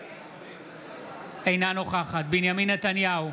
אינה נוכחת בנימין נתניהו,